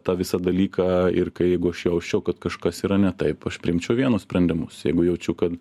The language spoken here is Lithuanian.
tą visą dalyką ir kai jeigu aš jausčiau kad kažkas yra ne taip aš priimčiau vienus sprendimus jeigu jaučiu kad